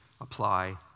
apply